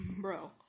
bro